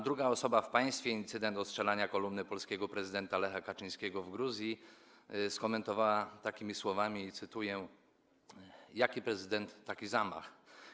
Druga osoba w państwie incydent ostrzelania kolumny polskiego prezydenta Lecha Kaczyńskiego w Gruzji skomentowała takimi słowami, cytuję: jaki prezydent, taki zamach.